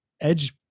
Edge